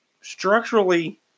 structurally